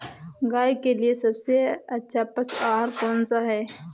गाय के लिए सबसे अच्छा पशु आहार कौन सा है?